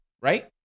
right